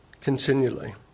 continually